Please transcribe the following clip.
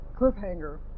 cliffhanger